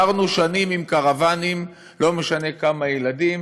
גרנו שנים בקרוונים, לא משנה כמה ילדים,